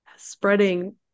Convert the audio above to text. spreading